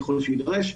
ככל שנדרש.